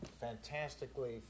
fantastically